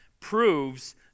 proves